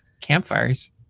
campfires